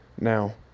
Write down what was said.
now